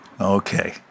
Okay